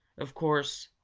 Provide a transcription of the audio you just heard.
of course,